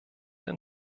den